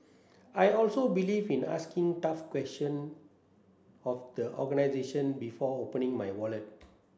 I also believe in asking tough question of the organisation before opening my wallet